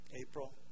April